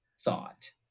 thought